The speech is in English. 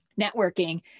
networking